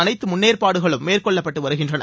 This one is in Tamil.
அனைத்து முன்னேற்பாடுகளும் மேற்கொள்ளப்பட்டு வருகின்றன